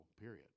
Period